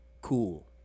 cool